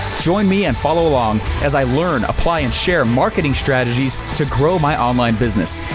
join me and follow along as i learn, apply, and share marketing strategies to grow my online business,